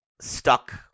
stuck